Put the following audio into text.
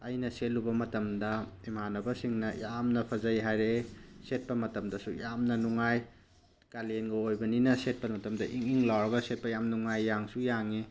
ꯑꯩꯅ ꯁꯦꯠꯂꯨꯕ ꯃꯇꯝꯗ ꯏꯃꯥꯅꯕꯁꯤꯡꯅ ꯌꯥꯝꯅ ꯐꯖꯩ ꯍꯥꯏꯔꯛꯑꯦ ꯁꯦꯠꯄ ꯃꯇꯝꯗꯁꯨ ꯌꯥꯝꯅ ꯅꯨꯡꯉꯥꯏ ꯀꯥꯂꯦꯟꯒ ꯑꯣꯏꯕꯅꯤꯅ ꯁꯦꯠꯄ ꯃꯇꯝꯗ ꯏꯪ ꯏꯪ ꯂꯥꯎꯔꯒ ꯁꯦꯠꯄ ꯌꯥꯝ ꯅꯨꯡꯉꯥꯏ ꯌꯥꯡꯁꯨ ꯌꯥꯡꯉꯤ